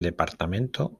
departamento